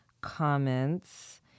comments